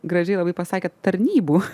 gražiai labai pasakėt tarnybų